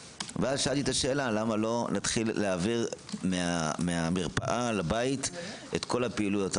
למה לא להעביר מהמרפאה לבית את כל הפעילויות?